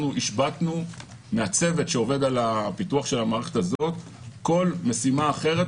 השבתנו מהצוות שעובד על פיתוח המערכת הזאת כל משימה אחרת,